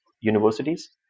universities